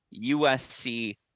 USC